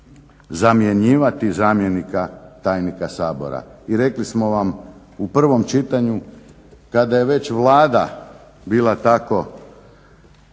zamjenjivati zamjenika tajnika Sabora. I rekli smo vam u prvom čitanju kada je već Vlada bila tako